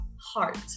heart